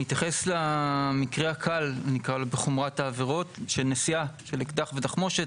נתייחס למקרה הקל בחומרת העבירות של נשיאה של אקדח ותחמושת.